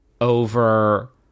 over